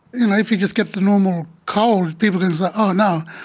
if you just get the normal cold, people can say, oh, no,